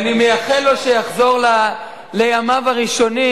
ואני מאחל לו שיחזור לימיו הראשונים,